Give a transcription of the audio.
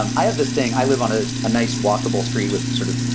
um i have this thing. i live on a nice walkable street with sort of,